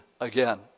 again